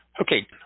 Okay